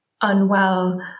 unwell